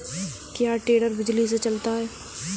क्या टेडर बिजली से चलता है?